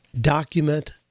document